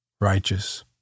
righteous